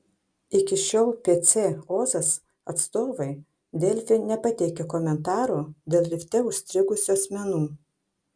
iki šiol pc ozas atstovai delfi nepateikė komentaro dėl lifte užstrigusių asmenų